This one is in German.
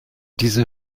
diese